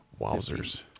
Wowzers